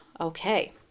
okay